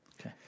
Okay